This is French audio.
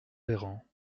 véran